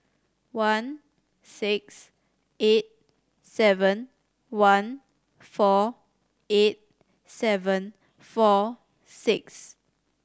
one six eight seven one four eight seven four six